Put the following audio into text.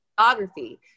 photography